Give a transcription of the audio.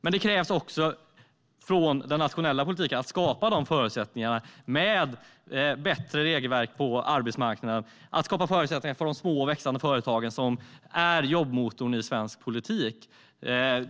Men det krävs också att den nationella politiken skapar förutsättningarna med bättre regelverk på arbetsmarknaden och skapar förutsättningar för de små och växande företagen, som är jobbmotorn i svensk politik.